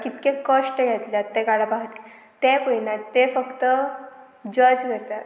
कितके कश्ट घेतल्यात ते काडपा खातीर तें पळयनात ते फक्त जज करतात